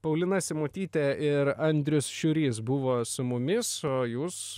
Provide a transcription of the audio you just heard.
paulina simutytė ir andrius šiurys buvo su mumis o jūs